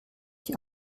die